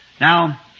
Now